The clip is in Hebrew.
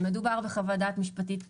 מדובר בחוות דעת משפטית פנימית,